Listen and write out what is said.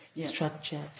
structure